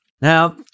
Now